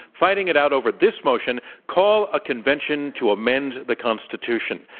fighting it out over this motion, call a convention to amend the constitution.